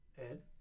Ed